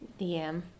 DM